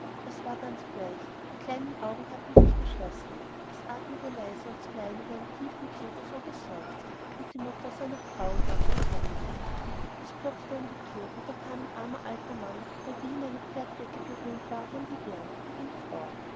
es war ganz bleich die kleinen augen hatten sich geschlossen es atmete leise und zuweilen mit einem tiefen zuge als ob es seufze und die mutter sah noch trauriger auf das kleine wesen es klopfte an die thür und da kam ein armer alter mann der wie in eine pferdedecke gehüllt war denn die wärmt und ihn fror